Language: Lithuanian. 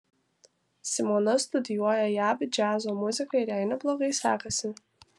simona studijuoja jav džiazo muziką ir jai neblogai sekasi